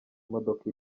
imodoka